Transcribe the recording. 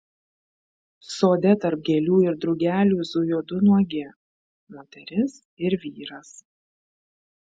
sode tarp gėlių ir drugelių zujo du nuogi moteris ir vyras